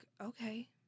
okay